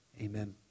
amen